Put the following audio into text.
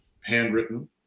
handwritten